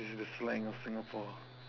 is the slang of Singapore